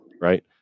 right